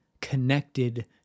connected